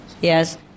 Yes